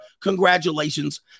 Congratulations